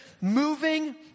moving